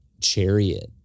Chariot